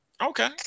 Okay